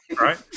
right